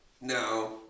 No